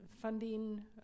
funding